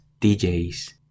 DJs